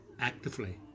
actively